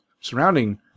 surrounding